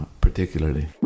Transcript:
particularly